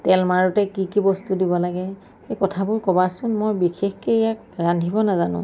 তেল মাৰোঁতে কি কি বস্তু দিব লাগে সেই কথাবোৰ ক'বাচোন মই বিশেষকৈ ইয়াক ৰান্ধিব নাজানো